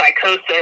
psychosis